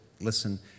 listen